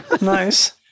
nice